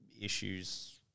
issues